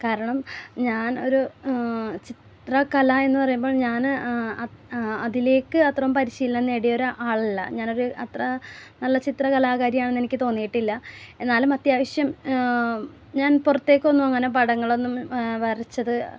കാരണം ഞാൻ ഒരു ചിത്രകലായെന്ന് പറയുമ്പോൾ ഞാൻ അതിലേക്ക് അത്രയും പരിശീലനം നേടിയൊരു ആളല്ല ഞാൻ ഒരു അത്ര നല്ല ചിത്രകലാകാരിയാണ് എന്നെനിക്ക് തോന്നിയിട്ടില്ല എന്നാലും അത്യാവശ്യം ഞാൻ പുറത്തേക്കൊന്നും അങ്ങനെ പടങ്ങളൊന്നും വരച്ചത്